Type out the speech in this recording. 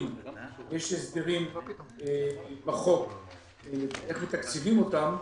הסדרים בחוק איך מתקצבים אותם,